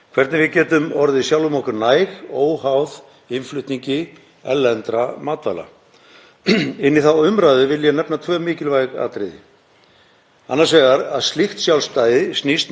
Annars vegar að slíkt sjálfstæði snýst um miklu meira en bara næga framleiðslu innan lands. Hún snýst um það að við getum knúið öll okkar framleiðslutæki með innlendum orkugjöfum,